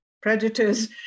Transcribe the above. predators